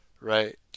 Right